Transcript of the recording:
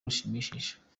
rushimishije